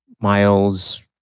miles